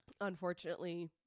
Unfortunately